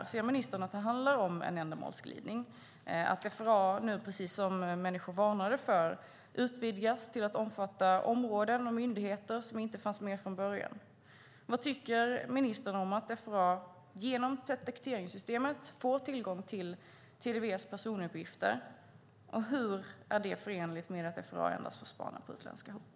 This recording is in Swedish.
Anser ministern att det handlar om en ändamålsglidning, att FRA:s verksamhet nu, precis som människor varnade för, utvidgas till att omfatta områden och myndigheter som inte fanns med från början? Vad tycker ministern om att FRA genom detekteringssystemet får tillgång till TDV:s personuppgifter, och hur är det förenligt med att FRA endast får spana på utländska hot?